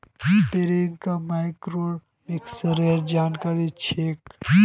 प्रियंका मैक्रोइकॉनॉमिक्सेर जानकार छेक्